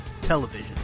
television